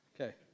Okay